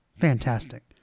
fantastic